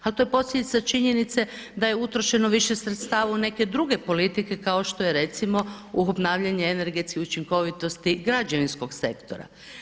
Ali to je posljedica činjenice da je utrošeno više sredstava u neke druge politike kao što je recimo u obnavljanje energetske učinkovitosti građevinskog sektora.